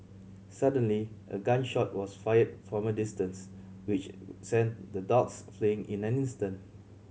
suddenly a gun shot was fired from a distance which sent the dogs fleeing in an instant